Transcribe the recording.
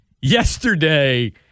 yesterday